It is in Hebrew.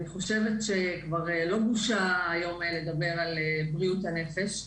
אני חושבת שכבר לא בושה היום לדבר על בריאות הנפש.